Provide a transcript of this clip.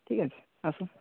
ঠিক আছে আসুন